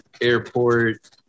Airport